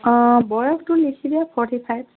অঁ বয়সটো লিখিলে ফৰ্টি ফাইভ